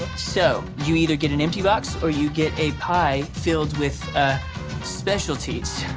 so, you either get an empty box or you get a pie filled with specialties.